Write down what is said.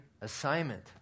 assignment